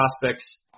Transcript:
prospects